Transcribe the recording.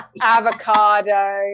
avocado